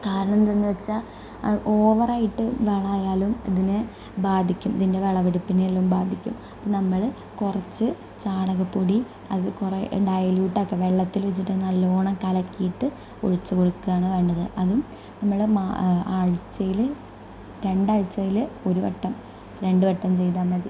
കാരണം എന്താണെന്ന് വച്ചാൽ അത് ഓവറായിട്ട് വളമായാലും ഇതിനെ ബാധിക്കും ഇതിൻ്റെ വിളവെടുപ്പിനെ എല്ലാം ബാധിക്കും അപ്പം നമ്മൾ കുറച്ച് ചാണകപ്പൊടി അത് കുറേ ഡയലൂട്ടാക്കുക വെള്ളത്തിൽ വച്ചിട്ട് അതിനെ നല്ലോണം കലക്കിയിട്ട് ഒഴിച്ച് കൊടുക്കുകയാണ് വേണ്ടത് അതും നമ്മളെ ആഴ്ച്ചയിൽ രണ്ടാഴ്ച്ചയിൽ ഒരു വട്ടം രണ്ട് വട്ടം ചെയ്താൽ മതി